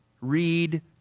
read